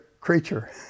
creature